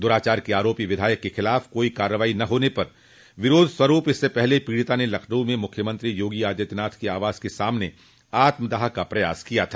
दुराचार के आरोपी विधायक के खिलाफ कोई कार्रवाई न होने पर विरोध स्वरूप इससे पहले पीड़िता ने लखनऊ में मुख्यमंत्री योगी आदित्यनाथ के आवास के सामने आत्मदाह का प्रयास किया था